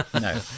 no